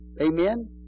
Amen